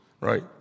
right